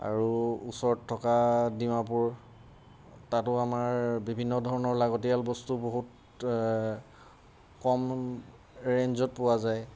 আৰু ওচৰত থকা ডিমাপুৰ তাতো আমাৰ বিভিন্ন ধৰণৰ লাগতিয়াল বস্তু বহুত কম ৰেঞ্জত পোৱা যায়